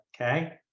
Okay